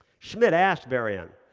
schmidt asked varian,